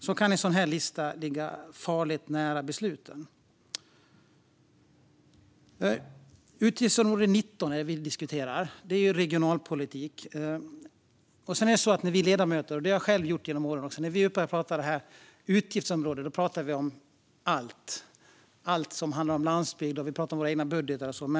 Då kan en sådan här lista ligga farligt nära besluten. Vi diskuterar utgiftsområde 19; det handlar om regionalpolitik. När vi ledamöter är uppe här och pratar om detta utgiftsområde - jag har själv gjort det genom åren - pratar vi om allt som handlar om landsbygd, om våra egna budgetar och så vidare.